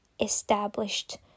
established